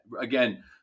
Again